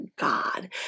God